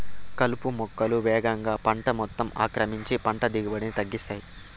కలుపు మొక్కలు వేగంగా పంట మొత్తం ఆక్రమించి పంట దిగుబడిని తగ్గిస్తాయి